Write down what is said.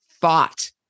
thought